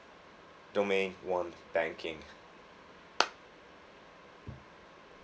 domain one banking